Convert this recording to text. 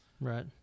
right